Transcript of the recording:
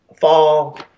Fall